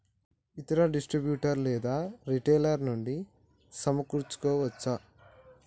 ఇతర డిస్ట్రిబ్యూటర్ లేదా రిటైలర్ నుండి సమకూర్చుకోవచ్చా?